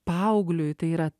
paaugliui tai yra